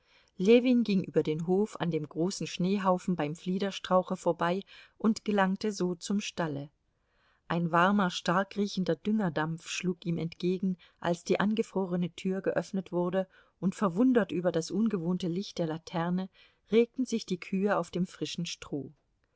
ljewin ging über den hof an dem großen schneehaufen beim fliederstrauche vorbei und gelangte so zum stalle ein warmer stark riechender düngerdampf schlug ihm entgegen als die angefrorene tür geöffnet wurde und verwundert über das ungewohnte licht der laterne regten sich die kühe auf dem frischen stroh